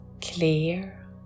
clear